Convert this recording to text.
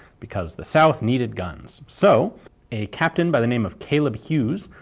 because the south needed guns. so a captain by the name of caleb huse,